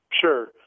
Sure